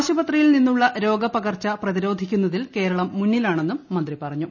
ആശുപത്രിയിൽ നിന്നുള്ള രോഗപകർച്ച പ്രതിരേധിക്കുന്നതിൽ കേരളം മുന്നിലാണെന്നും മന്ത്രി പറഞ്ഞു